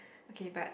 okay but